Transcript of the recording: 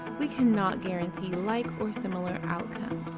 we cannot guarantee like or similar outcomes.